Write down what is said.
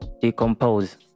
Decompose